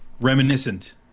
Reminiscent